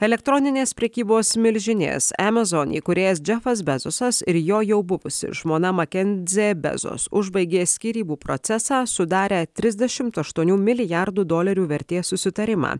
elektroninės prekybos milžinės emezon įkūrėjas džefas bezusas ir jo jau buvusi žmona maken dzė bezos užbaigė skyrybų procesą sudarę trisdešimt aštuonių milijardų dolerių vertės susitarimą